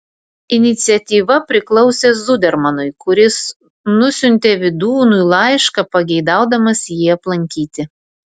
iniciatyva priklausė zudermanui kuris nusiuntė vydūnui laišką pageidaudamas jį aplankyti